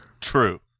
True